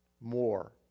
more